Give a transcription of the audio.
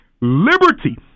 Liberty